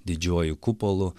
didžioji kupolu